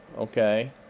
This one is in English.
Okay